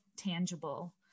tangible